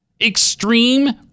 Extreme